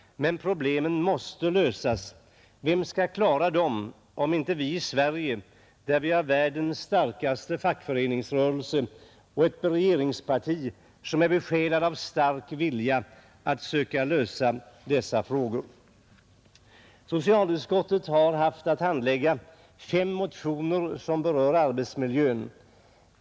Men problemen måste lösas. Vem skall klara dem, om inte vi i Sverige, där vi har världens starkaste fackföreningsrörelse och ett regeringsparti som är besjälat av stark vilja att söka lösa dessa frågor? Socialutskottet har haft att handlägga fem motioner som berör arbetsmiljön.